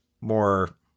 more